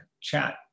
chat